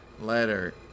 letter